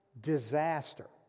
disaster